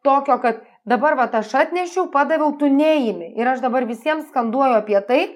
tokio kad dabar vat aš atnešiau padaviau tu neimi ir aš dabar visiem skanduoju apie tai